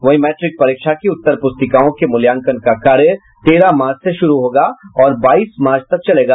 वहीं मैट्रिक परीक्षा की उत्तर प्रस्तिकाओं के मूल्यांकन का कार्य तेरह मार्च से शुरू होगा और बाईस मार्च तक चलेगा